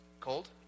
cold